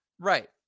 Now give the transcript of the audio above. Right